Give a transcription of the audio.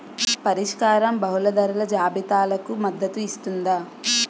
పరిష్కారం బహుళ ధరల జాబితాలకు మద్దతు ఇస్తుందా?